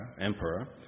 emperor